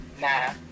Nah